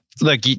Look